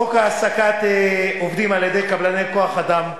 חוק העסקת עובדים על-ידי קבלני כוח-אדם,